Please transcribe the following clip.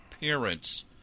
parents –